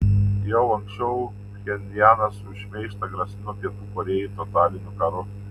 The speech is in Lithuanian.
jau anksčiau pchenjanas už šmeižtą grasino pietų korėjai totaliniu karu